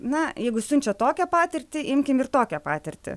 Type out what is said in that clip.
na jeigu siunčia tokią patirtį imkim ir tokią patirtį